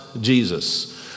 Jesus